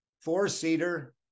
four-seater